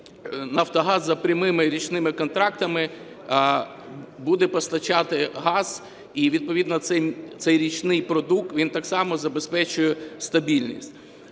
Нафтогаз за прямими річними контрактами буде постачати газ, і відповідно цей річний продукт, він так само забезпечує стабільність.